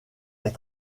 est